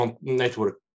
network